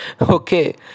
Okay